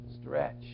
Stretch